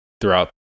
throughout